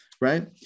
Right